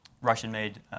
Russian-made